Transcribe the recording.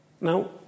Now